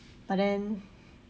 but then